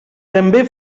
també